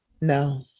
No